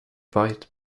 byte